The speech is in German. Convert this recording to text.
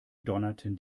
donnerten